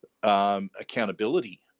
Accountability